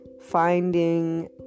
finding